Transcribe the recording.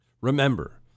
remember